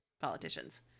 politicians